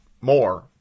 more